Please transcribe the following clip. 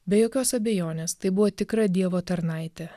be jokios abejonės tai buvo tikra dievo tarnaitė